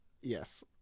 Yes